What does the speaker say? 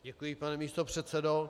Děkuji, pane místopředsedo.